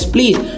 Please